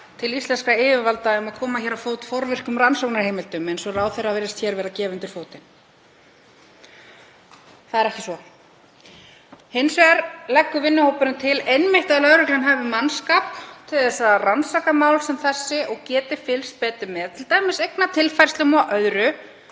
til íslenskra yfirvalda um að koma á fót forvirkum rannsóknarheimildum eins og ráðherra virðist hér vera að gefa undir fótinn. Það er ekki svo. Hins vegar leggur vinnuhópurinn til að lögreglan hafi mannskap til að rannsaka mál sem þessi og geti t.d. fylgst betur með eignatilfærslum og öðru